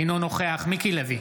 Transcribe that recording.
אינו נוכח מיקי לוי,